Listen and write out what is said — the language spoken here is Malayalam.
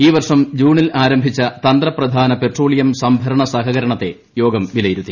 ഈ വർഷം ജൂണിൽ ആരംഭിച്ച തന്ത്രപ്രധാന പെട്രോളിയം സംഭരണ സഹകരണത്തെ യോഗം വിലയിരുത്തി